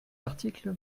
article